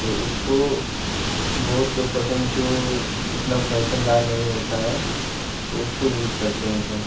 तो उसको बहुत लोग पसंद जो उतना फैसनदार नहीं होता है तो उसको यूज करते हैं सब